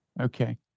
Okay